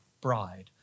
bride